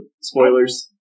Spoilers